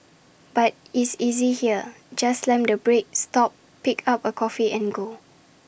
but is easy here just slam the brake stop pick A cup of coffee and go